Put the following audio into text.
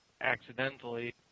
accidentally